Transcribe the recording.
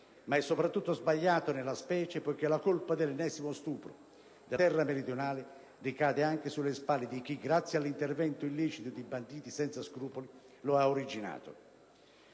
Ma è soprattutto sbagliato nella specie, poiché la colpa dell'ennesimo stupro della terra meridionale ricade anche sulle spalle di chi, grazie all'intervento illecito di banditi senza scrupoli, lo ha originato.